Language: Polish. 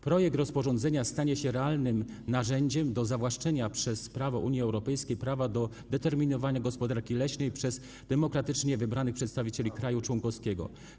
Projekt rozporządzenia stanie się realnym narzędziem do zawłaszczenia przez prawo Unii Europejskiej prawa do determinowania gospodarki leśnej przez demokratycznie wybranych przedstawicieli kraju członkowskiego.